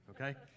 okay